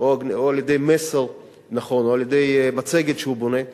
או על-ידי מסר נכון או על-ידי מצגת שהוא בונה.